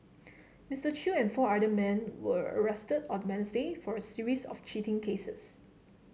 Mister Chew and four other men were arrested on the Wednesday for a series of cheating cases